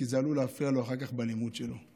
כי זה עלול להפריע לו אחר כך בלימוד שלו.